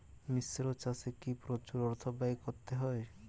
মিশ্র চাষে কি প্রচুর অর্থ ব্যয় করতে হয়?